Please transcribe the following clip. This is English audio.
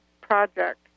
project